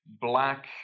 black